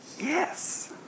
Yes